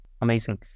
amazing